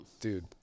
dude